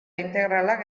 integralak